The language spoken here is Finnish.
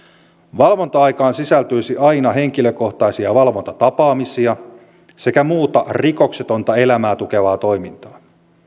valvonta aikaan sisältyisi aina henkilökohtaisia valvontatapaamisia sekä muuta rikoksetonta elämää tukevaa toimintaa